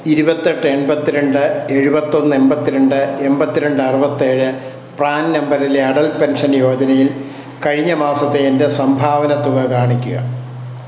ഇരുപത്തി എട്ട് എൺപത്തി രണ്ട് എഴുപത്തി ഒന്ന് എൺപത്തി രണ്ട് എൺപത്തി രണ്ട് അറുപത്തി ഏഴ് പ്രാൻ നമ്പറിലെ അടൽ പെൻഷൻ യോജനയിൽ കഴിഞ്ഞ മാസത്തെ എൻ്റെ സംഭാവന തുക കാണിക്കുക